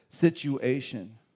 situation